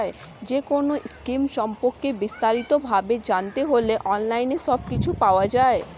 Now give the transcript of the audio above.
যেকোনো স্কিম সম্পর্কে বিস্তারিত ভাবে জানতে হলে অনলাইনে সবকিছু পাওয়া যায়